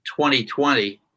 2020